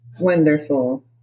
Wonderful